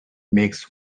makes